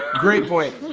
great point.